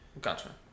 Gotcha